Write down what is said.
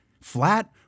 flat